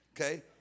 okay